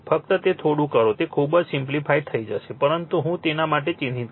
ફક્ત તે થોડું કરો તે ખૂબ જ સિમ્પ્લિફાઇડ થઈ જશે પરંતુ હું તેના માટે ચિહ્નિત છું